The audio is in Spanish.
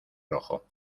rojo